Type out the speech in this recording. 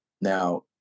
Now